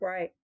Right